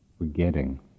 Forgetting